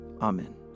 Amen